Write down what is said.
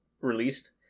released